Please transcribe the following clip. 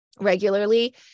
regularly